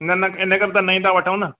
न न इनकरे त नईं था वठूं न